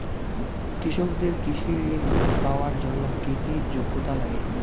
কৃষকদের কৃষি ঋণ পাওয়ার জন্য কী কী যোগ্যতা লাগে?